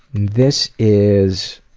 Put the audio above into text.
this is.